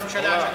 אני